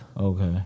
Okay